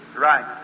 Right